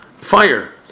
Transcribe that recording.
fire